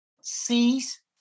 C's